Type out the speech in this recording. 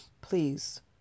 please